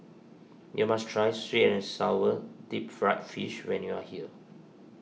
you must try Sweet and Sour Deep Fried Fish when you are here